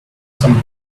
some